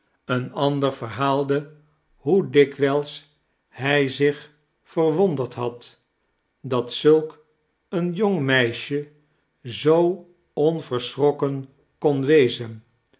een ander verhaalde hoe dikwijls hij zich verwonderd had dat zulk een jong meisje zoo onverschrokken kon wezen